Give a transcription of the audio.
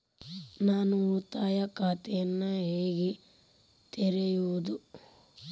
ನಾನು ಉಳಿತಾಯ ಖಾತೆಯನ್ನು ಹೇಗೆ ತೆರೆಯುವುದು?